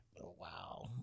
Wow